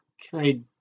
trade